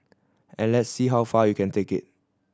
and let's see how far you can take it